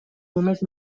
només